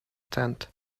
tent